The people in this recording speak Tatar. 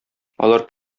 алар